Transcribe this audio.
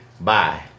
Bye